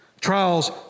trials